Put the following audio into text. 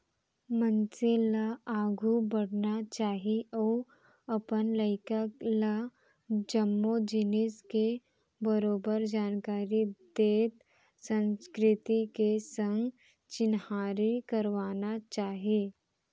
मनसे ल आघू बढ़ना चाही अउ अपन लइका ल जम्मो जिनिस के बरोबर जानकारी देत संस्कृति के संग चिन्हारी करवाना चाही